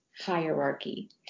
hierarchy